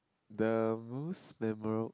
the most memora~